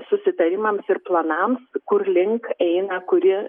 susitarimams ir planams kur link eina kuri